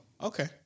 okay